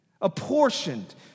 apportioned